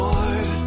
Lord